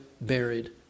buried